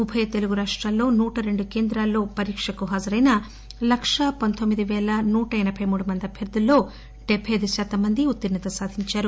ఉభయ తెలుగు రాష్టాల్లో నూట రెండు కేంద్రాల్లో పరీకకు హాజరైన లకా పందొమ్మిది పేల నూట ఎనబై మూడు మంది అభ్యర్దుల్లో డెబ్బై అయిదు శాతం మంది ఉత్తీర్ణత సాధించారు